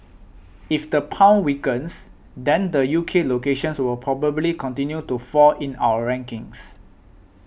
if the pound weakens then the U K locations will probably continue to fall in our rankings